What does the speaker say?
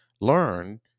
learn